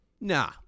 nah